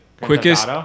quickest